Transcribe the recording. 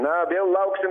na vėl lauksim